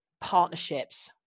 partnerships